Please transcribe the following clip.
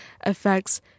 affects